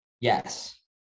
Yes